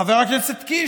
חבר הכנסת קיש,